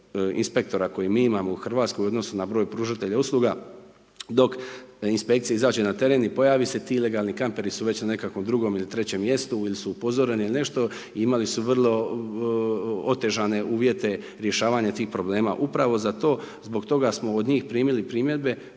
inspektora koje mi imamo u RH u odnosu na broj pružatelja usluga. Dok inspekcija izađe na teren i pojavi se, ti ilegalni kamperi su već na nekakvom drugom ili trećem mjestu ili su upozoreni ili nešto. Imali su vrlo otežane uvjete rješavanja tih problema. Upravo zato, zbog toga smo primili primjedbe